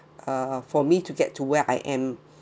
uh for me to get to where I am